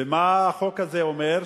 ומה החוק הזה אומר,